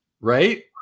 Right